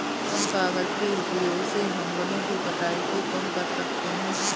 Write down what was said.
कम कागज़ के उपयोग से हम वनो की कटाई को कम कर सकते है